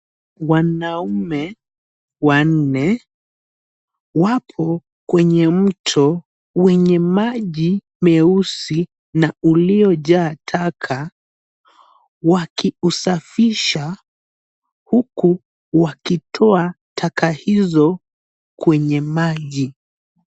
Wanaume wanne wapo kwenye mto wenye maji meusi na uliojaa taka, wakiusafisha, huku wakitoa taka hizo kwenye maji.